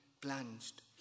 plunged